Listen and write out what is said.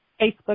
Facebook